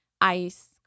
ICE